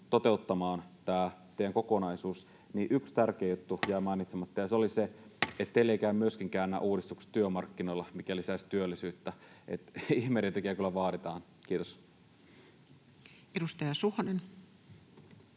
toteuttamaan tämä teidän kokonaisuutenne, niin yksi tärkeä juttu jäi mainitsematta. Se oli se, että teille eivät käy myöskään nämä uudistukset työmarkkinoilla, mitkä lisäisivät työllisyyttä. Eli ihmeidentekijää kyllä vaaditaan. —Kiitos. [Speech